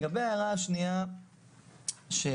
לגבי ההערה השנייה שלך,